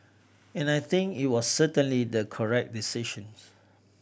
and I think it was certainly the correct decisions